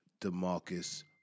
Demarcus